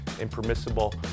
impermissible